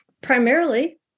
Primarily